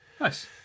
Nice